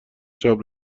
چاپ